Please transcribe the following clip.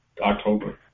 October